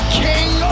king